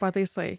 pataisai